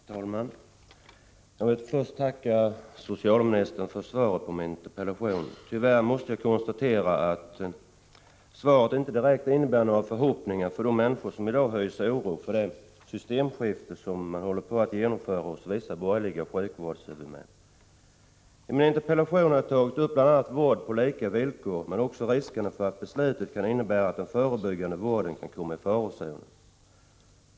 Herr talman! Jag vill först tacka socialministern för svaret på min interpellation. Tyvärr måste jag konstatera att svaret inte direkt är ägnat att skapa några förhoppningar hos människor som i dag hyser oro för det systemskifte som håller på att genomföras hos vissa borgerliga sjukvårdshuvudmän. I min interpellation har jag tagit upp bl.a. frågan om vård på lika villkor, men också riskerna för att besluten kan innebära att den förebyggande vården kommer i farozonen.